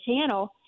channel